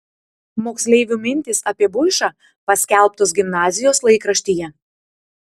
moksleivių mintys apie buišą paskelbtos gimnazijos laikraštyje